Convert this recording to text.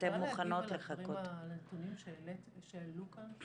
אני יכולה להגיב על הנתונים שהעלו כאן?